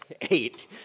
eight